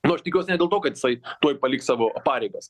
nu aš tikiuosi ne dėl to kad jisai tuoj paliks savo pareigas